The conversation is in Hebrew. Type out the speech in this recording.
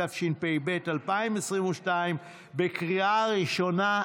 (תיקוני חקיקה), התשפ"ב 2022, בקריאה הראשונה.